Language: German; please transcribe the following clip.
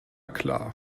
klar